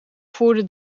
voerden